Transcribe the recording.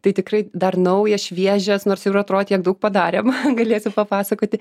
tai tikrai dar naujas šviežias nors jau atrodo tiek daug padarėm galėsiu papasakoti